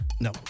No